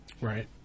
Right